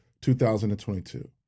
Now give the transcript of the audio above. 2022